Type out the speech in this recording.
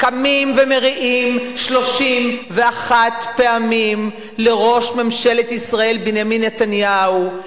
קמים ומריעים 31 פעמים לראש ממשלת ישראל בנימין נתניהו.